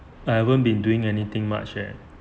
I haven't been doing anything much eh